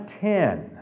ten